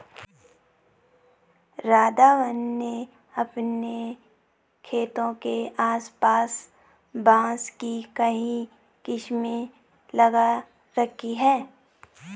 राघवन ने अपने खेत के आस पास बांस की कई किस्में लगा रखी हैं